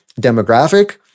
demographic